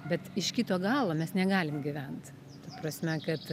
bet iš kito galo mes negalim gyvent ta prasme kad